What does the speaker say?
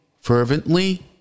fervently